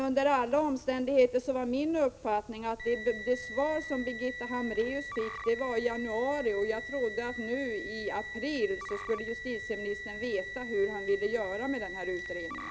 Under alla omständigheter fick Birgitta Hambraeus sitt svar i januari, och min uppfattning var att justitieministern nu i april skulle veta hur han ville göra med den här utredningen.